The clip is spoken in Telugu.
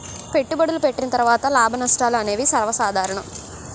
పెట్టుబడులు పెట్టిన తర్వాత లాభనష్టాలు అనేవి సర్వసాధారణం